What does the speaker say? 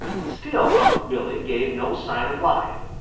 still unc' billy gave no sign of life.